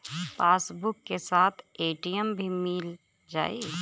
Passbook के साथ ATM भी मील जाई?